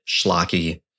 schlocky